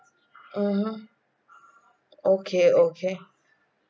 mmhmm okay okay